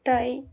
তাই